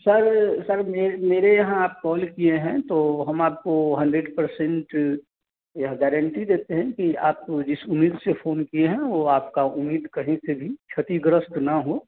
sir sir मेरे यहाँ आप कॉल किए हैं तो हम आपको हंड्रेड पर्सेंट यह गारंटी देते हैं कि आप जिस उम्मीद से फ़ोन किए हैं वो आपका उम्मीद कहीं से भी क्षतिग्रस्त ना हो